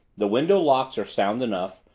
the window locks are sound enough,